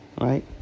Right